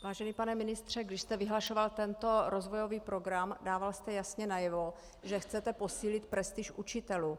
Vážený pane ministře, když jste vyhlašoval tento rozvojový program, dával jste jasně najevo, že chcete posílit prestiž učitelů.